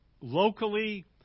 locally